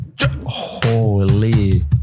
Holy